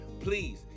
Please